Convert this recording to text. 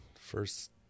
First